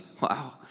Wow